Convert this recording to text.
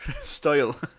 style